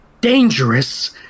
dangerous